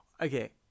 Okay